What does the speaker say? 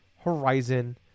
Horizon